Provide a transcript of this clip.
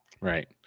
Right